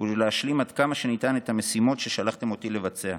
ולהשלים עד כמה שניתן את המשימות ששלחתם אותי לבצע.